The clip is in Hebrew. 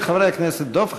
20 ו-32 של חברי הכנסת דב חנין,